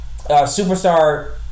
superstar